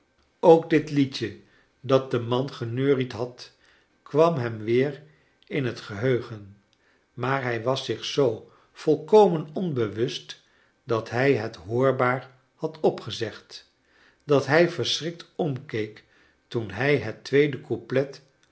ook dit liedje dat de man geneuried had kwam hem weer in het geheugen maar hij was zich zoo volkomen onbewust dat hij het hoorbaar had opgezegd dat hij verschrikt omkeek toen hij het tweede couplet